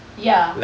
ya